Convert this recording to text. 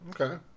Okay